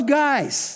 guys